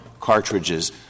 cartridges